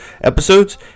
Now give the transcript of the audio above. episodes